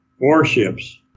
warships